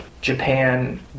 Japan